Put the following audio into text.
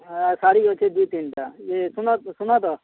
ଶାଢ଼ୀ ଅଛେ ଦୁଇ ତିନ୍ଟା ଇଏ ଶୁନ ତ